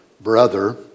brother